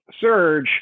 surge